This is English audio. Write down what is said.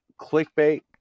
clickbait